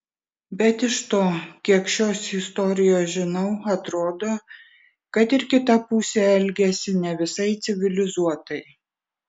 bet iš to kiek šios istorijos žinau atrodo kad ir kita pusė elgėsi ne visai civilizuotai